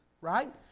Right